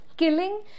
Killing